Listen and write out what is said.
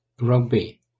Rugby